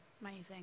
Amazing